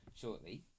shortly